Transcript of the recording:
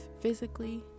physically